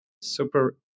super